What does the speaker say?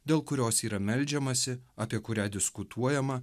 dėl kurios yra meldžiamasi apie kurią diskutuojama